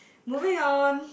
moving on